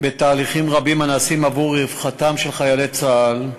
בתהליכים רבים הנעשים עבור רווחתם של חיילי צה"ל,